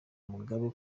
mugabe